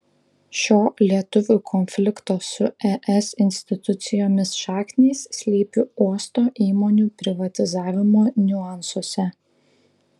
šio lietuvių konflikto su es institucijomis šaknys slypi uosto įmonių privatizavimo niuansuose